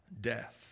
death